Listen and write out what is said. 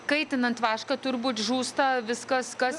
kaitinant vašką turbūt žūsta viskas kas